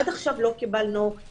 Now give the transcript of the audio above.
מלבד התשובה כן, עד עכשיו לא קיבלנו מידע